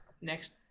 next